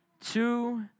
two